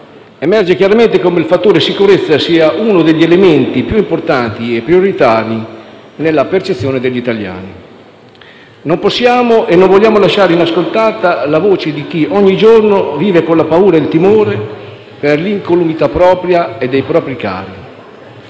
emerge chiaramente come il fattore sicurezza sia uno degli elementi più importanti e prioritari nella percezione degli italiani. Non possiamo e non vogliamo lasciare inascoltata la voce di chi ogni giorno vive con la paura e il timore per l'incolumità propria e dei propri cari.